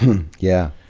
yeah.